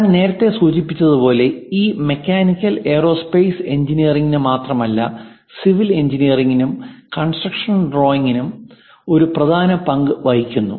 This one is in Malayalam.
ഞാൻ നേരത്തെ സൂചിപ്പിച്ചതുപോലെ ഇത് മെക്കാനിക്കൽ എയ്റോസ്പേസ് എഞ്ചിനീയറിംഗിന് മാത്രമല്ല സിവിൽ എഞ്ചിനീയറിംഗിനും കൺസ്ട്രക്ഷൻ ഡ്രോയിംഗിനും ഒരു പ്രധാന പങ്ക് വഹിക്കുന്നു